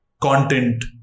content